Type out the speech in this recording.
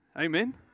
Amen